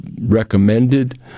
recommended